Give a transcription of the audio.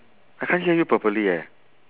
I can't hear you properly eh